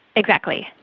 exactly.